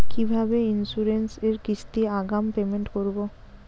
কিভাবে ইন্সুরেন্স এর কিস্তি আগাম পেমেন্ট করবো?